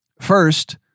First